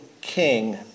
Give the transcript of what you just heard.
king